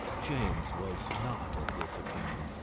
james was not of this opinion.